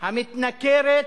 המתנכרת